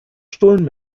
stullen